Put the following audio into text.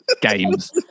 games